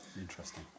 Interesting